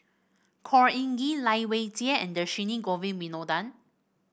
Khor Ean Ghee Lai Weijie and Dhershini Govin Winodan